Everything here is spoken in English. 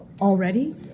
Already